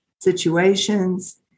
situations